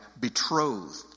betrothed